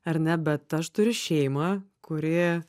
ar ne bet aš turiu šeimą kuri